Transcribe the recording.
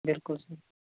بِلکُل